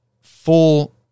full